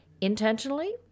intentionally